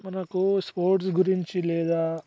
మనకు స్పోర్ట్స్ గురించి లేదా